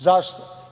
Zašto?